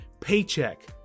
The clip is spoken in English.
paycheck